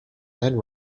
and